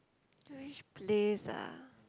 which place ah